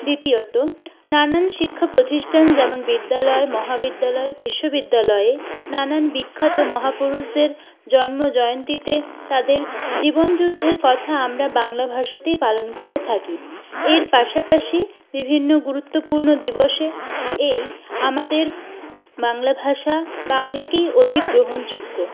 দ্বিতীয়ত নানান শিক্ষা প্রতিষ্ঠান যেমন বিদ্যালয় মহাবিদ্যালয় বিশ্ববিদ্যালয়ে নানান বিখ্যাত মহাপুরুষদের জন্ম জয়ন্তীতে তাঁদের জীবন যুদ্ধের কথা আমরা বাংলা ভাষাতেই পালন করে থাকি এর পাশাপাশি বিভিন্ন গুরুত্বপূর্ণ দিবসে এই আমাদের বাংলা ভাষা বাংলাকেই অধিগ্রহণ যোগ্য